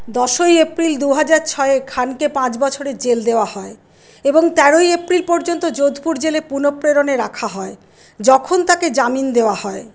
দশই এপ্রিল দু হাজার ছয়ে খানকে পাঁচ বছরের জেল দেওয়া হয় এবং তেরোই এপ্রিল পর্যন্ত যোধপুর জেলে পুনঃপ্রেরণে রাখা হয় যখন তাঁকে জামিন দেওয়া হয়